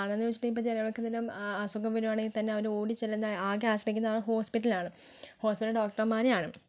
കാരണമെന്ന് വെച്ചിട്ടുണ്ടെങ്കിൽ ഇപ്പോൾ ജനങ്ങൾക്കെന്തങ്കിലും അസുഖം വരുവാണെങ്കിൽ തന്നെ അവരോടി ചെല്ലുന്നത് ആകെ ആശ്രയിക്കുന്ന ഹോസ്പിറ്റലാണ് ഹോസ്പിറ്റലിലെ ഡോക്ടർമാരെയാണ്